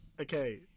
okay